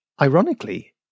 Ironically